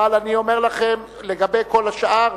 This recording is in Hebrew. אבל אני אומר לכם לגבי כל השאר,